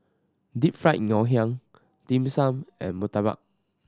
Deep Fried Ngoh Hiang Dim Sum and Murtabak